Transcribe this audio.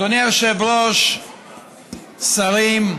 אדוני היושב-ראש, שרים,